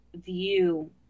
view